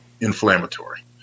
inflammatory